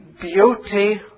beauty